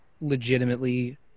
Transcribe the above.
legitimately